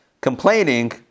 complaining